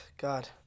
God